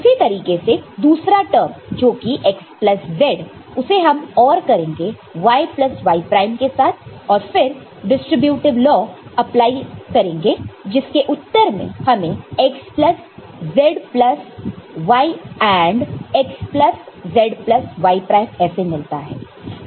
उसी तरीके से दूसरा टर्म जो कि x प्लस z उसे हम OR करेंगे y y प्राइम के साथ और फिर डिस्ट्रीब्यूटीव लॉ अप्लाई करेंगे जिस के उत्तर में हमें x plus z plus y AND x plus z plus y prime ऐसे मिलता है